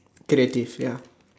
get it this ya